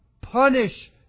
punish